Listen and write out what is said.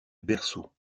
berceau